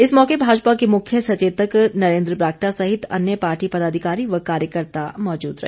इस मौके भाजपा के मुख्य सचेतक नरेंद्र बरागटा सहित अन्य पार्टी पदाधिकारी व कार्यकर्त्ता मौजूद रहे